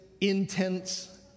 intense